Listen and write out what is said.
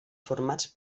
formats